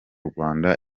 rwanda